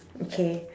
okay